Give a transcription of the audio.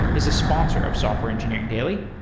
is a sponsor of software engineering daily.